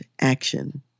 action